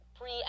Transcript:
pre-